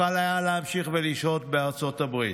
יכול היה להמשיך ולשהות בארצות הברית,